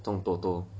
中 toto